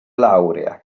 laurea